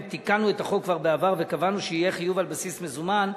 תיקנו את החוק כבר בעבר וקבענו שיהיה חיוב על בסיס מזומן,